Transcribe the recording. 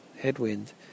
headwind